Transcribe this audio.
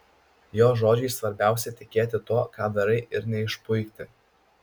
jo žodžiais svarbiausia tikėti tuo ką darai ir neišpuikti